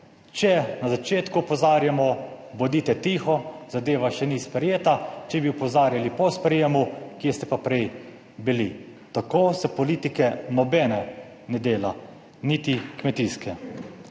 Če na začetku opozarjamo, bodite tiho, zadeva še ni sprejeta, če bi opozarjali po sprejemu, kje ste pa prej bili? Tako se politike nobene ne dela, niti kmetijske.